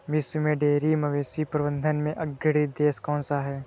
विश्व में डेयरी मवेशी प्रबंधन में अग्रणी देश कौन सा है?